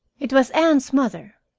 it was anne's mother.